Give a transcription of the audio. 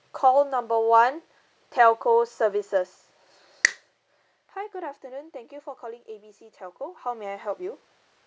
call number one telco services hi good afternoon thank you for calling A B C telco how may I help you